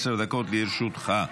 עשר דקות לרשותך.